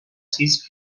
sis